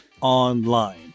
online